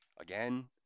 again